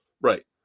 Right